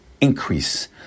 increase